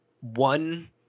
one